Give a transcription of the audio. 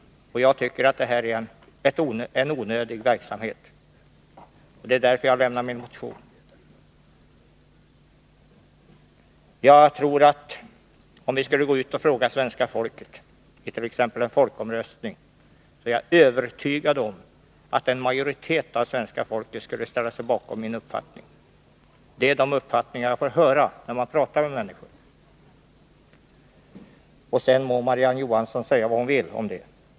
Jag tycker att det här gäller en onödig verksamhet. Därför har jag väckt min motion. Om vi skulle gå ut och fråga svenska folket i en folkomröstning, är jag övertygad om att en majoritet skulle ställa sig bakom min uppfattning. Det är vad jag får höra när jag pratar med människor. Sedan må Marie-Ann Johansson säga vad hon vill om det.